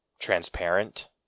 Transparent